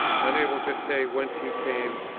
unable to say whence he came,